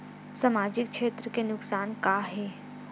सामाजिक क्षेत्र के नुकसान का का हे?